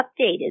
updated